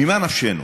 ממה נפשנו?